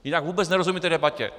Jinak vůbec nerozumím té debatě.